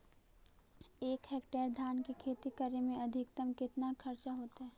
एक हेक्टेयर धान के खेती करे में अधिकतम केतना खर्चा होतइ?